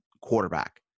quarterback